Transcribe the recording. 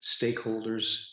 stakeholders